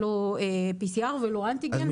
שלא מחייבות PCR ואנטיגן.